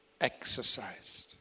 exercised